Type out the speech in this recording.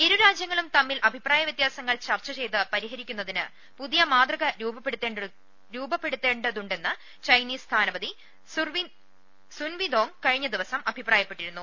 ഇരു രാജൃങ്ങളും തമ്മിൽ അഭിപ്രായ വൃത്യാസങ്ങൾ ചർച്ച ചെയ്ത് പരിഹരിക്കുന്നതിന് പുതിയ മാതൃക രൂപപ്പെടുത്തേണ്ട തുണ്ടെന്ന് ചൈനീസ് സ്ഥാനപതി സുൻവീദോങ് കഴിഞ്ഞ ദിവസം അഭിപ്രായപ്പെട്ടിരുന്നു